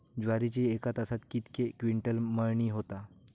ज्वारीची एका तासात कितके क्विंटल मळणी होता?